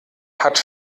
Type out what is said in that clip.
hat